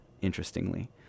interestingly